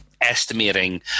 estimating